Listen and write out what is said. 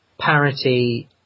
parity